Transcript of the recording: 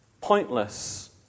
Pointless